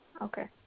Okay